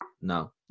no